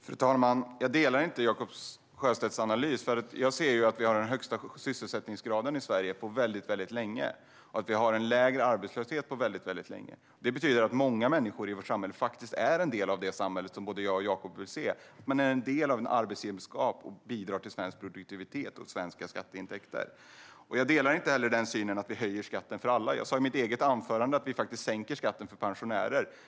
Fru talman! Jag håller inte med om Jakob Forssmeds analys. Jag ser att vi i Sverige har den högsta sysselsättningsgraden på väldigt länge och att vi har en lägre arbetslöshet än på väldigt länge. Detta betyder att många människor i vårt samhälle faktiskt är en del av det samhälle som både jag och Jakob vill se. De är en del av en arbetsgemenskap och bidrar till svensk produktivitet och svenska skatteintäkter. Jag delar inte heller synen att vi höjer skatten för alla. Jag sa i mitt eget anförande att vi sänker skatten för pensionärer.